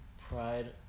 pride